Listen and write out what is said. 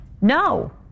no